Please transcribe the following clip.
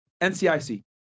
NCIC